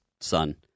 son